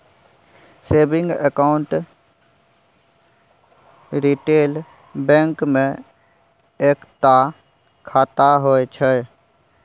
saving account retail bank मे एकता खाता होइ छै